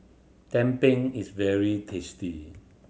tumpeng is very tasty